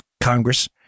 Congress